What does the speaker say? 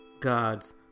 God's